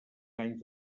anys